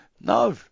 No